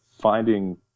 finding